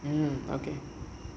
mmhmm okay